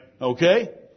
Okay